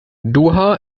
doha